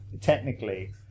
technically